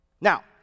now